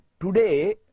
Today